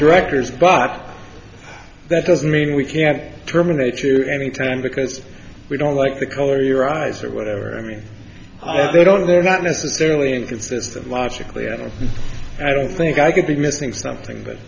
directors but that doesn't mean we can't terminate you any time because we don't like the color your eyes or whatever i mean they don't they're not necessarily inconsistent logically and i don't think i could be missing something but